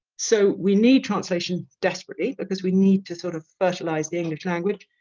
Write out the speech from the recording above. so we need translation desperately because we need to sort of fertilize the english language.